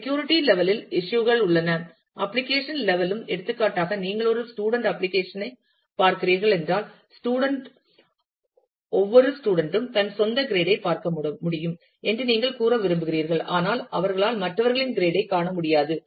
security level இல் issue கள் உள்ளன அப்ளிகேஷன் லெவல்ம் எடுத்துக்காட்டாக நீங்கள் ஒரு ஸ்டூடண்ட் அப்ளிகேஷன் பார்க்கிறீர்கள் என்றால் ஸ்டூடண்ட் ஒவ்வொரு ஸ்டூடண்ட் ம் தனது சொந்த கிரேட் ஐ பார்க்க முடியும் என்று நீங்கள் கூற விரும்புகிறீர்கள் ஆனால் அவர்களால் மற்றவர்களின் கிரேட் ஐ காண முடியாது